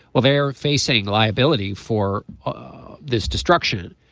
well they are facing liability for this destruction.